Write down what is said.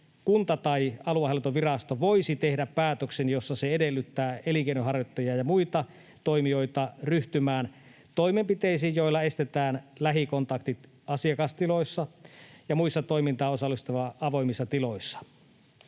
kunta tai aluehallintovirasto voisi tehdä päätöksen, jossa se edellyttää elinkeinonharjoittajia ja muita toimijoita ryhtymään toimenpiteisiin, joilla estetään lähikontaktit asiakastiloissa ja muissa toimintaan osallistuville avoimissa tiloissa.